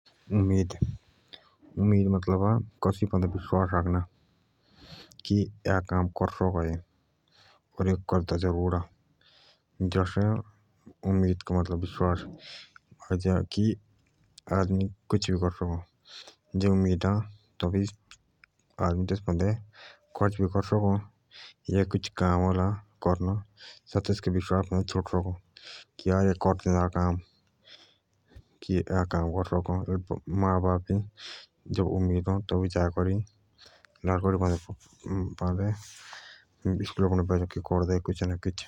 उम्मीद उम्मीद मतलब अ कसिक पान्दे विश्वास राखना कि एया काम कर सक ऐ और करदा जरूर अ जे उम्मीद अ त आदमी तेस पान्डो खर्च भी कर सक ओर काम भी दें सकता है मां बापुक भी उम्मीद अ तबेई पढनक राए भेजें।